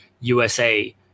usa